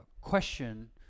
question